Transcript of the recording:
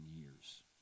years